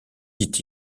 dit